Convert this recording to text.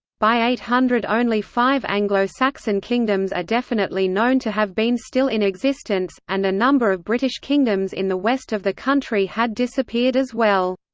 by eight hundred only five anglo-saxon kingdoms are definitely known to have been still in existence, and a number of british kingdoms in the west of the country had disappeared as well.